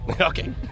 Okay